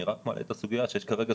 אני רק מעלה את הסוגיה שיש כרגע,